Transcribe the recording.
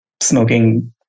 smoking